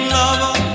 lover